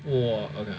!wah! okay